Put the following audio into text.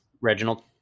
Reginald